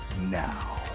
now